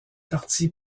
parti